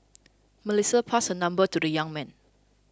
Melissa passed her number to the young man